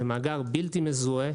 זה מאגר בלתי מזוהה,